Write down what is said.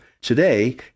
Today